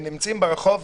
הם נמצאים ברחוב,